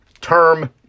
term